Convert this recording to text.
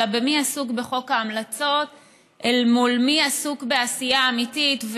אלא מי עסוק בחוק ההמלצות אל מול מי עסוק בעשייה האמיתית.